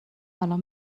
الان